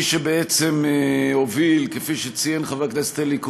מי שבעצם הוביל, כפי שציין חבר הכנסת אלי כהן,